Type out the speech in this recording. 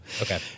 Okay